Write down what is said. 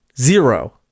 zero